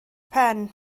pen